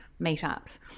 meetups